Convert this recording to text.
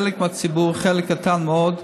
חלק מהציבור, חלק קטן מאוד,